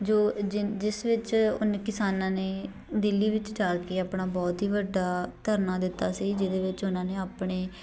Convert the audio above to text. ਜੋ ਜਿ ਜਿਸ ਵਿੱਚ ਉਹਨੇ ਕਿਸਾਨਾਂ ਨੇ ਦਿੱਲੀ ਵਿੱਚ ਜਾ ਕੇ ਆਪਣਾ ਬਹੁਤ ਹੀ ਵੱਡਾ ਧਰਨਾ ਦਿੱਤਾ ਸੀ ਜਿਹਦੇ ਵਿੱਚ ਉਹਨਾਂ ਨੇ ਆਪਣੇ